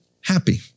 happy